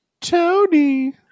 Tony